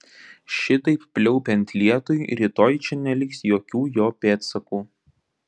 šitaip pliaupiant lietui rytoj čia neliks jokių jo pėdsakų